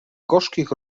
gorzkich